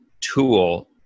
tool